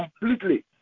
completely